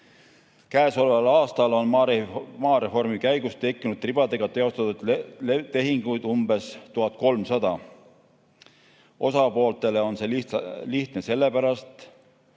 Käesoleval aastal on maareformi käigus tekkinud ribadega teostatud tehinguid umbes 1300. Osapooltele on see lihtne sellepärast,